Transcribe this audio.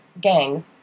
gang